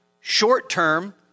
short-term